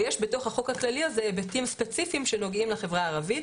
ויש בתוך החוק הכללי הזה היבטים ספציפיים שנוגעים לחברה הערבית,